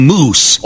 Moose